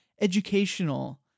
educational